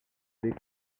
l’est